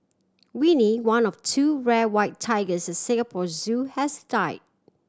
Winnie one of two rare white tigers at Singapore Zoo has died